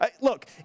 look